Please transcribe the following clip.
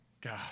God